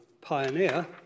pioneer